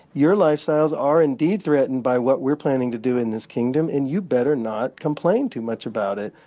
your lifestyles are indeed threatened by what we're planning to do in this kingdom, and you better not complain too much about it.